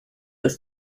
ist